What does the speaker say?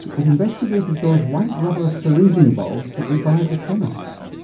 it investigated those white rubber syringing bulbs that you buy at the chemists.